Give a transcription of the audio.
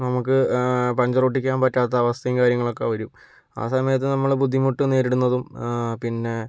നമുക്ക് പഞ്ചർ ഒട്ടിക്കാൻ പറ്റാത്ത അവസ്ഥയും കാര്യങ്ങളുമൊക്കെ വരും ആ സമയത്ത് നമ്മൾ ബുദ്ധിമുട്ട് നേരിടുന്നതും പിന്നെ